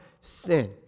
sin